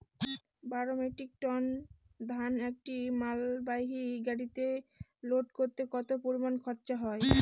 বারো metric tonne ধান একটি মালবাহী গাড়িতে লোড করতে কতো পরিমাণ খরচা হয়?